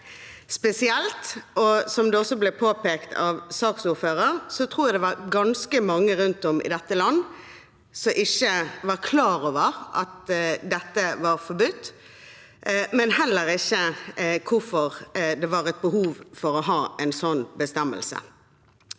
spesielt. Som det også ble påpekt av saksordføreren, tror jeg det var ganske mange rundt om i dette land som ikke var klar over at dette var forbudt, og heller ikke hvorfor det var et behov for å ha en sånn bestemmelse.